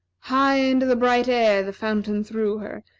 high into the bright air the fountain threw her,